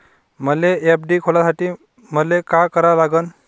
मले एफ.डी खोलासाठी मले का करा लागन?